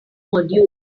module